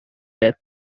death